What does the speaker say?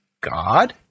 God